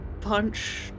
punch